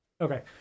Okay